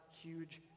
huge